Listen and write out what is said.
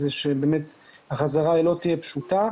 הוא שהחזרה לא תהיה פשוטה,